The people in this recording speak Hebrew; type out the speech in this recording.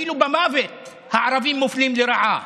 אפילו במוות הערבים מופלים לרעה.